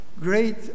great